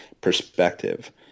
perspective